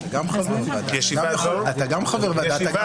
הישיבה